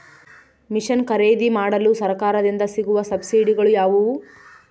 Mission ಖರೇದಿಮಾಡಲು ಸರಕಾರದಿಂದ ಸಿಗುವ ಸಬ್ಸಿಡಿಗಳು ಯಾವುವು?